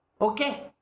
Okay